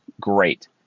great